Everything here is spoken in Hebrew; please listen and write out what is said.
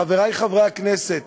חברי חברי הכנסת,